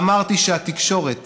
אמרתי שהתקשורת